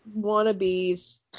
wannabes